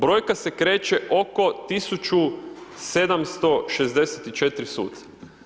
Brojka se kreće oko 1764 suca.